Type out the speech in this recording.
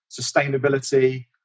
sustainability